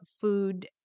food